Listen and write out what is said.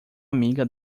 amiga